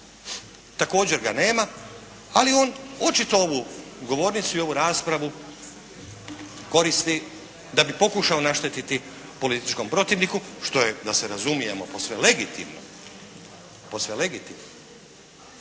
također ga nema, ali on očito ovu govornicu i ovu raspravu koristi da bi pokušao naštetiti političkom protivniku, što je, da se razumijemo, posve legitimno,